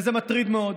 וזה מטריד מאוד.